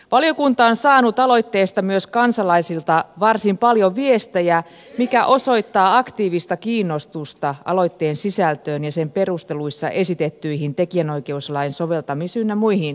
valiokunta on saanut aloitteesta myös kansalaisilta varsin paljon viestejä mikä osoittaa aktiivista kiinnostusta aloitteen sisältöön ja sen perusteluissa esitettyihin tekijänoikeuslain soveltamis ynnä muihin ongelmiin